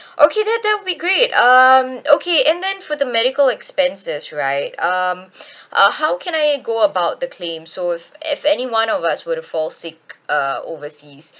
okay that that would be great um okay and then for the medical expenses right um uh how can I go about the claim so if if anyone of us were to fall sick uh overseas